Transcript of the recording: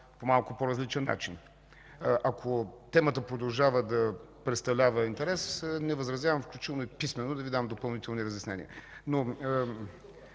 по малко по-различен начин. Ако темата продължава да представлява интерес, не възразявам, включително и писмено, да Ви дам допълнителни разяснения.